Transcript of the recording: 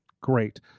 Great